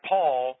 Paul